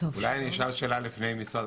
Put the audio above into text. אולי אני אשאל שאלה לפני כן?